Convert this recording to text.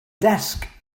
desk